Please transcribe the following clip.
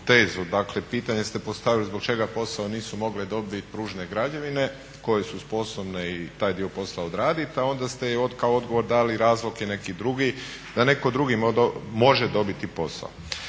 tezu, dakle pitanje ste postavili zbog čega posao nisu mogle dobiti pružne građevine koje su sposobne i taj dio posla odraditi, a onda ste kao odgovor dali razlog je neki drugi, da netko drugi može dobiti posao.